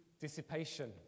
dissipation